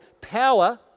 Power